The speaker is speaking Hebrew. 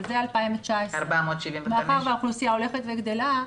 אבל זה 2019. מאחר והאוכלוסייה הולכת וגדלה,